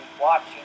watching